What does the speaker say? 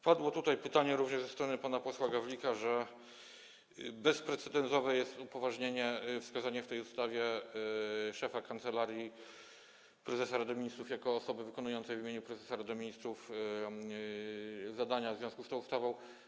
Padło tutaj stwierdzenie, również ze strony pana posła Gawlika, że bezprecedensowe jest wskazanie w tej ustawie szefa Kancelarii Prezesa Rady Ministrów jako osoby wykonującej w imieniu prezesa Rady Ministrów zadania w związku z tą ustawą.